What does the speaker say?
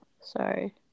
Sorry